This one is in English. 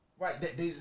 Right